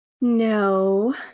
No